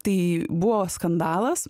tai buvo skandalas